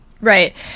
Right